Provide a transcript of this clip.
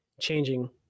changing